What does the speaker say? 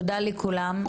תודה לכולם,